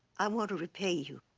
i want to repay you.